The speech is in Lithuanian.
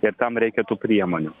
ir tam reikia tų priemonių